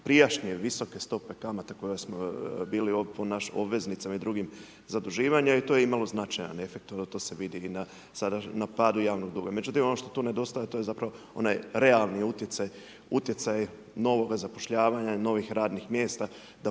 prijašnje visoke stope kamata koje smo bili .../Govornik se ne razumije./... i drugim zaduživanjem i to je imalo značajan efekt. To se vidi i na padu javnog duga. Međutim, ono što tu nedostaje, to je zapravo onaj realni utjecaj, utjecaj novoga zapošljavanja, novih radnih mjesta da